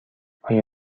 آیا